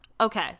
okay